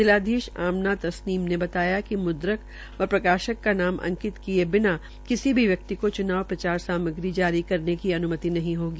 जिलाधीश आमना तस्जीम ने बताया कि मुद्रक व प्रकाशक को नाम अंकित किये बिना किसी भी व्यक्ति को चुनाव प्रचार सामग्री जारी करने की अन्मति नहीं होगी